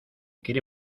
quiere